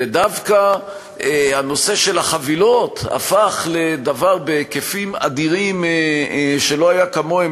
ודווקא הנושא של החבילות הפך לדבר בהיקפים אדירים שלא היו כמוהם,